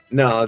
no